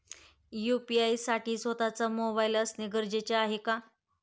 UPI साठी स्वत:चा mobile असणे गरजेचे आहे का?